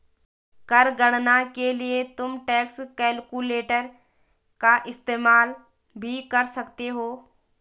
कर गणना के लिए तुम टैक्स कैलकुलेटर का इस्तेमाल भी कर सकते हो